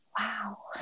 Wow